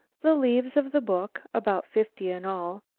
the leaves of the book, about fifty in all,